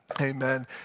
Amen